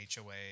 HOA